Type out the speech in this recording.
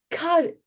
God